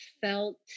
felt